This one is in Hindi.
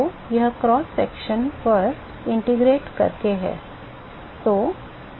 तो वह क्रॉस सेक्शन पर एकीकृत करके है